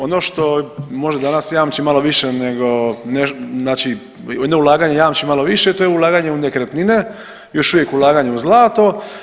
Ono što može danas jamči malo više nego, znači jedno ulaganje jamči malo više to je ulaganje u nekretnine, još uvijek ulaganje u zlato.